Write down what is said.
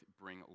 bring